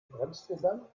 bremspedal